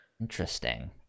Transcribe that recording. interesting